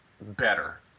better